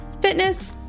fitness